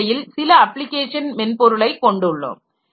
இந்த நிலையில் சில அப்ளிகேஷன் மென்பொருளைக் கொண்டு உள்ளோம்